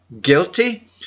guilty